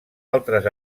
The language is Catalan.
altres